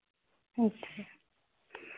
अच्छा